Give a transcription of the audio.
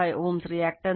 6 degree